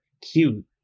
cute